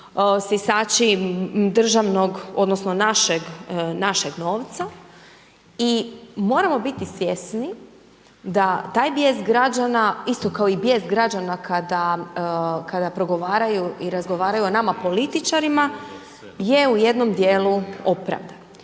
sisači državnog odnosno našeg novca i moramo biti svjesni da taj bijes građana, isto kao i bijes građana kada progovaraju i razgovaraju o nama političarima je u jednom dijelu opravdan.